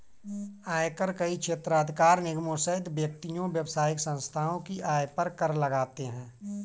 आयकर कई क्षेत्राधिकार निगमों सहित व्यक्तियों, व्यावसायिक संस्थाओं की आय पर कर लगाते हैं